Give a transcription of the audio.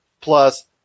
Plus